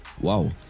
wow